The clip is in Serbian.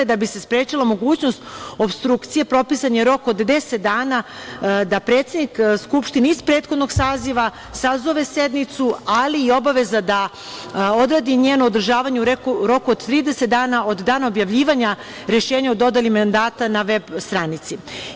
Da bi se sprečila mogućnost opstrukcije, propisan je rok od 10 dana da predsednik Skupštine iz prethodnog saziva sazove sednicu, ali i obaveza da odredi njeno održavanje u roku od 30 dana od dana objavljivanja rešenja o dodeli mandata na VEB stranici.